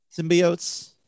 Symbiotes